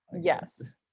yes